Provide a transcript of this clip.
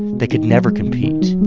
they could never compete.